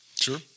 Sure